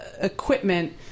equipment